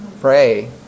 Pray